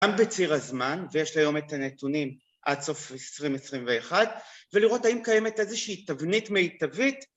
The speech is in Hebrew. ‫גם בציר הזמן, ויש לי היום את הנתונים ‫עד סוף 2021, ‫ולראות האם קיימת ‫איזושהי תבנית מיטבית.